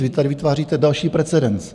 Vy tady vytváříte další precedens.